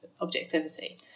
objectivity